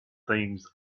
things